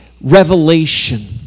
revelation